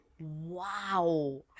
wow